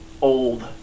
old